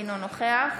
אינו נוכח